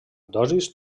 dosis